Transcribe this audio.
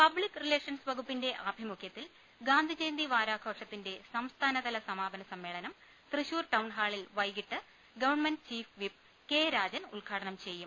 public relations വകുപ്പിന്റെ ആഭിമുഖ്യത്തിൽ ഗാന്ധിജയന്തി വാരാഘോഷത്തിന്റെ സംസ്ഥാനതല സമാപന സമ്മേളനം തൃശൂർ ടൌൺഹാളിൽ വൈകിട്ട് government chief whip K Rajan ഉദ്ഘാടനം ചെയ്യും